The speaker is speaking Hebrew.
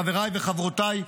חבריי וחברותיי,